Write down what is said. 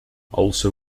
also